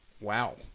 wow